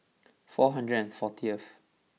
four hundred and fourteenth